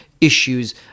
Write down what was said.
issues